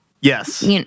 Yes